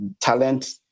talent